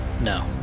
No